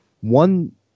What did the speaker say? one